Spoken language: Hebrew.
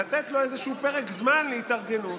נותנים לו איזה פרק זמן להתארגנות,